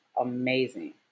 amazing